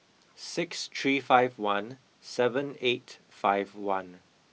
six three five one seven eight five one